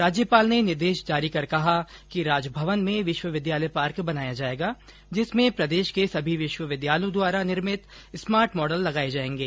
राज्यपाल ने निर्देश जारी कर कहा कि राजभवन में विश्वविद्यालय पार्क बनाया जायेगा जिसमें प्रदेश के सभी विश्वविद्यालयों द्वारा निर्मित स्मार्ट मॉडल लगाये जायेंगे